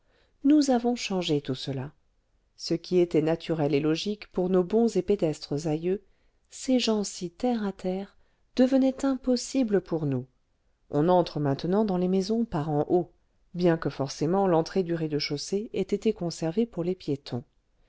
nous avons changé tout cela ce qui était naturel et logique pour nos bons et pédestres aïeux ces gens si terre à terre devenait impossible pour nous on entre maintenant dans les maisons par en haut bien que forcément l'entrée du rez-de-chaussée ait été conservée pour les piétons